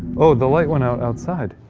oh, the light went out outside.